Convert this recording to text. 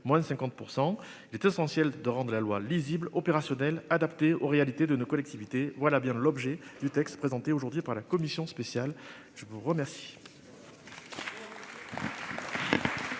moins 50%, il est essentiel de rang de la loi lisible opérationnel adapté aux réalités de nos collectivités, voilà bien l'objet du texte présenté aujourd'hui par la commission spéciale, je vous remercie.